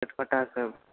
चटपटा सब